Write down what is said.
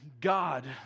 God